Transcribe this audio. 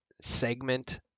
segment